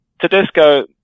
Tedesco